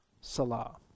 Salah